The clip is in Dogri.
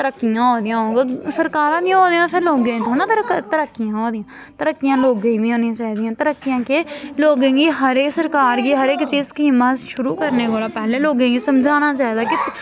तरक्कियां होआ दियां होग सरकारां दी होआ दियां फिर लोकें गी थोह्ड़े ना तरक्कियां होआ दियां तरक्कियां लोकें गी बी होनियां चाहिदियां तरक्कियां केह् लोकें गी हर सरकार गी हर इक चीज स्कीमां शुरू करने कोला पैह्लें लोकें गी समझाना चाहिदा कि